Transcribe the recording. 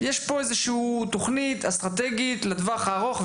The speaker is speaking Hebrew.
יש פה איזושהי תוכנית אסטרטגית לטווח הארוך,